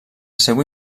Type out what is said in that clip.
seu